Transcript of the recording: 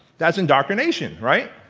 thats indoctrination, right?